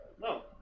no